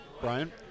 Brian